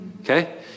okay